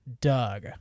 Doug